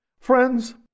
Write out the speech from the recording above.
Friends